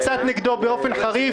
יצאת נגדו באופן חריף,